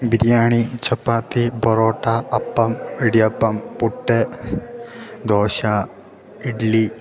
biryani chapati parotta appam idiyappam puttu dosa idli